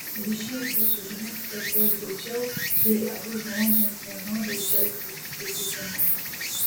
ryšys bus užmegztas daug greičiau jei abu žmonės vienodai džiaugsis susitikimu